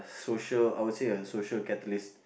social I would say a social catalyst